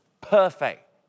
perfect